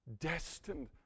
destined